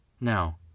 Now